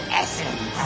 essence